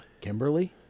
Kimberly